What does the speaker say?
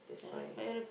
is my